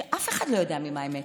שאף לא יודע ממה הן מתו.